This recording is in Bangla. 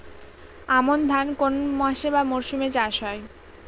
আমন ধান কোন মাসে বা মরশুমে চাষ হয়?